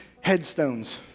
headstones